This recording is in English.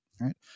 right